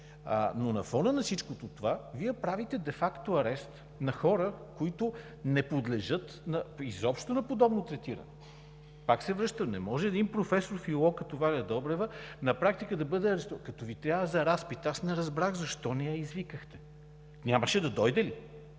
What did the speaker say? но на фона на всичко това Вие правите де факто арест на хора, които не подлежат изобщо на подобно третиране. Пак се връщам, че не може един професор филолог като Ваня Добрева на практика да бъде арестувана, като Ви трябва за разпит? Аз не разбрах защо не я извикахте. Нямаше ли да дойде?